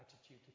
attitude